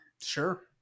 Sure